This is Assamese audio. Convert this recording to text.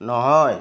নহয়